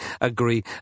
agree